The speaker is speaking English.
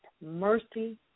mercy